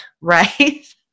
right